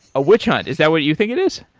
a witch hunt is that what you think it is?